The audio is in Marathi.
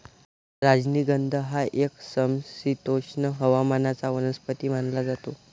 राजनिगंध हा एक समशीतोष्ण हवामानाचा वनस्पती मानला जातो